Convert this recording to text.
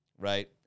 Right